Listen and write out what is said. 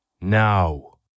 now